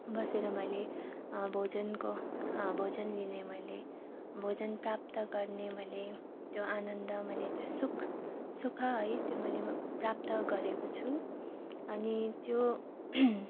बसेर मैले भोजनको भोजन लिनै मैले भोजन प्राप्त गर्ने मैले त्यो आनन्द मैले त्यो सुख सुख है त्यो मैले प्राप्त गरेको छु अनि त्यो